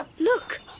look